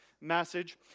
message